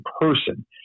person